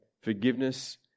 forgiveness